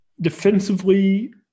Defensively